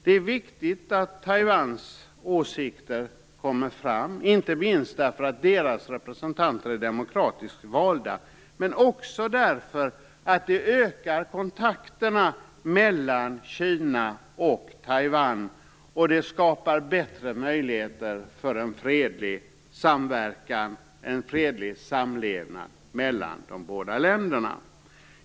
Det är viktigt att Taiwans åsikter kommer fram, bl.a. därför att dess representanter är demokratiskt valda men också därför att det ökar kontakterna mellan Kina och Taiwan och skapar bättre möjligheter för en fredlig samverkan och samlevnad mellan de båda länderna.